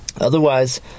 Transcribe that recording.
Otherwise